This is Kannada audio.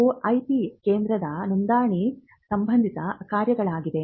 ಇವು IP ಕೇಂದ್ರದ ನೋಂದಣಿ ಸಂಬಂಧಿತ ಕಾರ್ಯಗಳಾಗಿವೆ